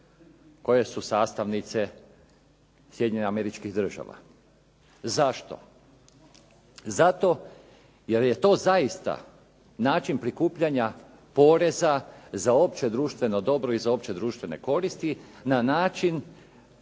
koje su sastavnice Sjedinjenih Američkih Država. Zašto? Zato jer je to zaista način prikupljanja poreza za opće društveno dobro i za opće društvene koristi, na način